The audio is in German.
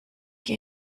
geh